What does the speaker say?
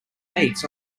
meets